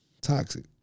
Toxic